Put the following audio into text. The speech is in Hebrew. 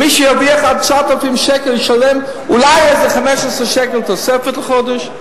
מי שירוויח עד 9,000 שקל ישלם אולי איזה 15 שקלים תוספת בחודש.